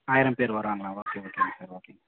ஆயிரம் பேர் வருவாங்களா ஓகே ஓகேங்க சார் ஓகேங்க